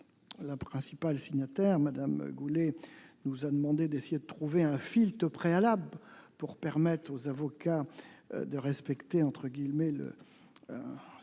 Sa première signataire, Mme Goulet, nous a demandé d'essayer de trouver un filtre préalable pour permettre aux avocats de respecter, si je puis dire, un certain